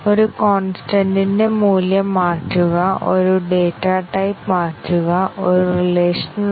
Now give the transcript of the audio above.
ഇപ്പോൾ അടുത്ത ചോദ്യം എങ്ങനെയാണ് കവറേജ് അടിസ്ഥാനമാക്കിയുള്ള പരിശോധന നടത്തുന്നത്